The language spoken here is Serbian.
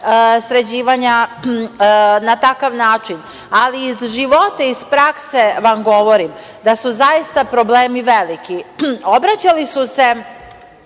sređivanja, na takav način, ali iz života i prakse, vam govorim, da su zaista problemi veliki. Obraćali su se